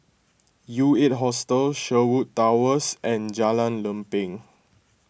U eight Hostel Sherwood Towers and Jalan Lempeng